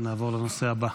ונעבור לנושא הבא.